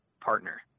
partner